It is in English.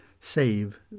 save